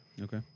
okay